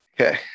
Okay